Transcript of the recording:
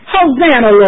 Hosanna